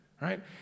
Right